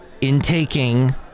Intaking